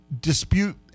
dispute